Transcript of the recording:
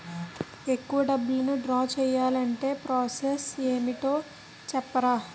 ఎక్కువ డబ్బును ద్రా చేయాలి అంటే ప్రాస సస్ ఏమిటో చెప్తారా?